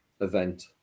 event